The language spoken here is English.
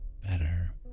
better